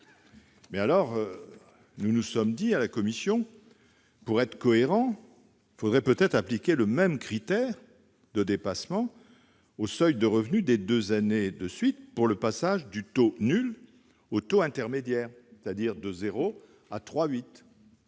Dans un souci de cohérence, la commission a estimé qu'il faudrait peut-être appliquer le même critère de dépassement du seuil de revenus de deux années de suite pour le passage du taux nul au taux intermédiaire, c'est-à-dire de 0 à 3,8 %.